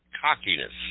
cockiness